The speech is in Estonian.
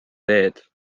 teed